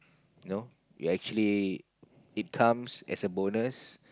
you know you actually it comes as a bonus